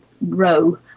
row